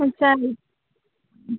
हो चालेल